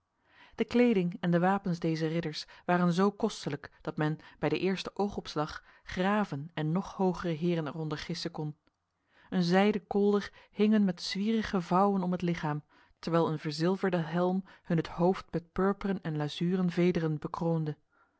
de kleding en de wapens dezer ridders waren zo kostelijk dat men bij de eerste oogopslag graven en nog hogere heren eronder gissen kon een zijden kolder hing hun met zwierige vouwen om het lichaam terwijl een verzilverde helm hun het hoofd met purperen en lazuren vederen bekroonde